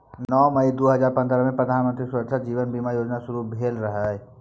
नौ मई दु हजार पंद्रहमे प्रधानमंत्री सुरक्षा जीबन बीमा योजना शुरू भेल रहय